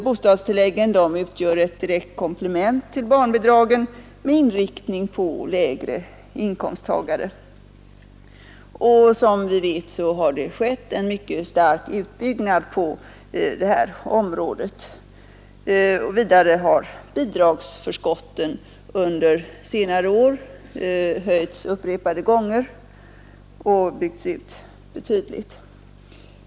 Bostadstilläggen utgör ett direkt komplement till barnbidragen med inriktning på lägre inkomsttagare. Som vi vet har det skett en mycket stark utbyggnad på detta område. Vidare har bidragsförskotten under senare år höjts upprepade gånger och byggts ut betydligt.